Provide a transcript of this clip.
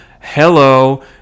hello